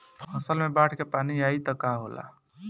फसल मे बाढ़ के पानी आई त का होला?